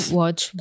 watch